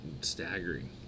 staggering